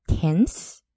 tense